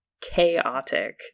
chaotic